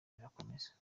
birakomeza